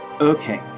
okay